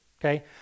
okay